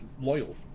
loyal